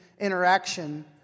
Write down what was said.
interaction